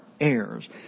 heirs